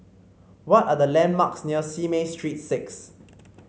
what are the landmarks near Simei Street Six